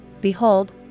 Behold